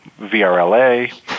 VRLA